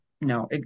No